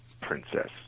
princess